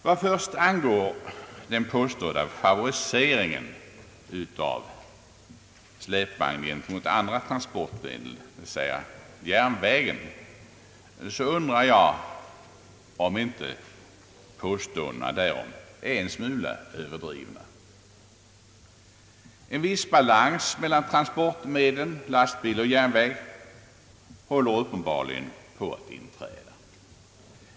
Vad först angår den påstådda favoriseringen av släpvagnen gentemot andra transportmedel, dvs. järnvägen, så undrar jag om inte dessa påståenden är en smula överdrivna, En viss balans mellan transportmedlen lastbil och järnväg håller uppenbarligen på att inträda.